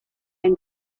and